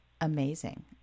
amazing